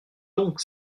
donc